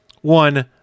One